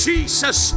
Jesus